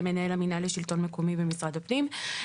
מנהל המינהל לשלטון מקומי ומשרד הפנים.